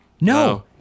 No